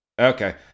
Okay